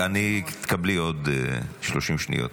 תקבלי עוד 30 שניות.